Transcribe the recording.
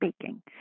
speaking